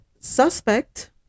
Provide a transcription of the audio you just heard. suspect